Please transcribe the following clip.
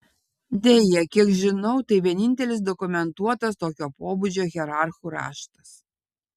deja kiek žinau tai vienintelis dokumentuotas tokio pobūdžio hierarchų raštas